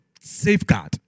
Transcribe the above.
safeguard